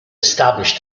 establish